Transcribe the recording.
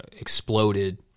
exploded